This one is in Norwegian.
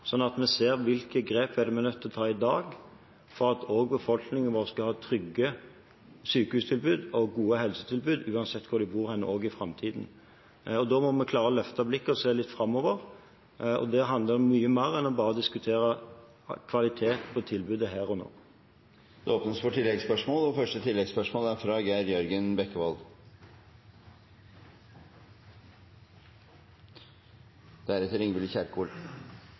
å ta i dag for at befolkningen vår skal ha trygge sykehustilbud og gode helsetilbud uansett hvor de bor, også i framtiden. Da må vi klare å løfte blikket og se litt framover. Det handler om mye mer enn bare å diskutere kvalitet på tilbudet her og nå. Det åpnes for oppfølgingsspørsmål – først Geir Jørgen Bekkevold. Prehospitale tjenester som ambulanse, luftambulanse, ambulanse på båt og legevakt, sammen med gode akuttmottak, er